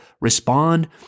respond